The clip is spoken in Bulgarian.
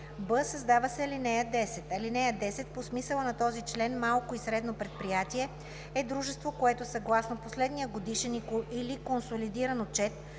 б) създава се ал. 10: „(10) По смисъла на този член малко и средно предприятие е дружество, което съгласно последния годишен или консолидиран отчет